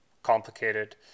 complicated